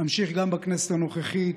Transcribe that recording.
אמשיך גם בכנסת הנוכחית